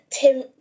Tim